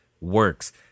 works